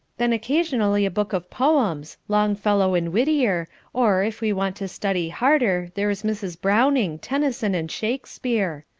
then occasionally a book of poems longfellow and whittier, or, if we want to study harder, there is mrs. browning, tennyson, and shakespeare.